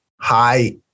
high